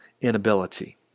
inability